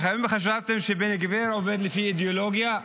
אך האם חשבתם שבן גביר עובד לפי אידיאולוגיה?